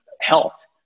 health